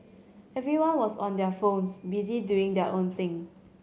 everyone was on their phones busy doing their own thing